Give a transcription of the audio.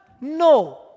No